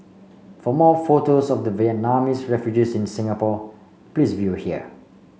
for more photos of the Vietnamese refugees in Singapore please view here